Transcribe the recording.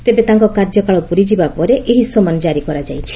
ତେବେ ତାଙ୍କ କାର୍ଯ୍ୟକାଳ ପୂରିଯିବାପରେ ଏହି ସମନ ଜାରି କରାଯାଇଛି